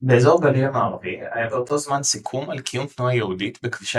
באזור הגליל המערבי היה באותו זמן סיכום על קיום תנועה יהודית בכבישי